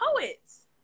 poets